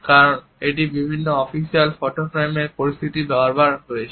কারণ এটি বিভিন্ন অফিসিয়াল ফটো ফ্রেমের পরিস্থিতিতে বারবার হয়েছে